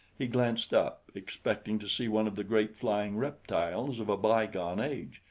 he glanced up, expecting to see one of the great flying reptiles of a bygone age,